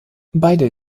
beide